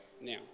now